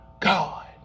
God